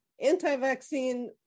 anti-vaccine